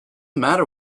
matter